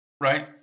right